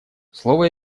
слово